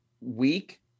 week